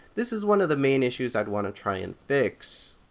this is one of the main issues i'd want to try and fix.